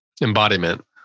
embodiment